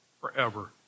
forever